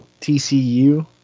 TCU